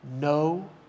No